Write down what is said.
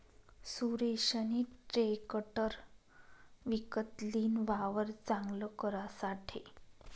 सुरेशनी ट्रेकटर विकत लीन, वावर चांगल करासाठे